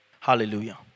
Hallelujah